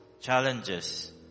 challenges